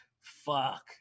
fuck